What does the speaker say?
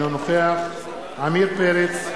אינו נוכח עמיר פרץ,